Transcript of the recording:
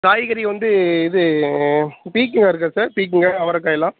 காய்கறி வந்து இது பீர்க்கங்கா இருக்கா சார் பீர்க்கங்கா அவரைக்கா எல்லாம்